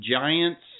Giants